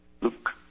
look